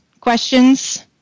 questions